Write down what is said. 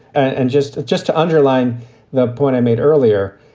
and just just to underline the point i made earlier,